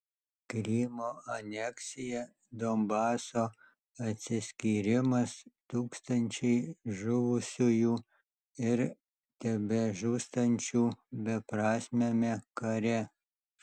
krymo aneksija donbaso atsiskyrimas tūkstančiai žuvusiųjų ir tebežūstančių beprasmiame kare